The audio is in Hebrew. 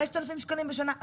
5,000 שקלים בשנה?